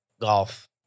golf